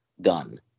done